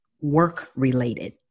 work-related